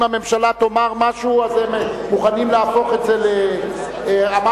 אם הממשלה תאמר משהו הם מוכנים להפוך את זה להצעה לסדר-היום,